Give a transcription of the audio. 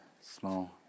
small